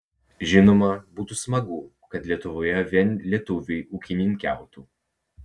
žinoma būtų smagu kad lietuvoje vien lietuviai ūkininkautų